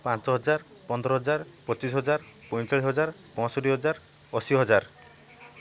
ପାଞ୍ଚ ହଜାର ପନ୍ଦର ହଜାର ପଚିଶ ହଜାର ପଇଁଚାଳିଶି ହଜାର ପଞ୍ଚଷଠି ହଜାର ଅଶୀ ହଜାର